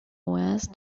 west